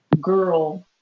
girl